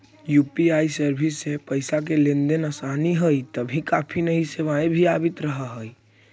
UPI service से पैसे का लेन देन आसान हई तभी काफी नई सेवाएं भी आवित रहा हई